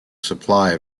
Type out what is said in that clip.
supply